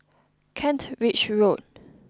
Kent Ridge Road